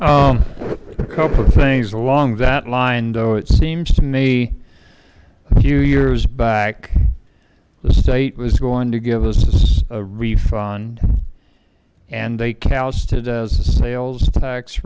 abel couple of things along that line though it seems to me a few years back the state was going to give us a refund and they cast it as the sales tax